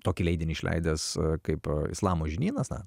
tokį leidinį išleidęs kaip islamo žinynas na